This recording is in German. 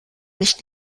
mich